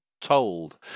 told